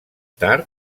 tard